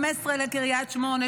15 לקריית שמונה,